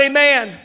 Amen